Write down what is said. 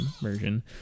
version